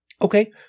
Okay